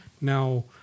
Now